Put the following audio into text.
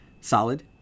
Solid